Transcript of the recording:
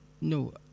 No